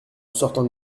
sortant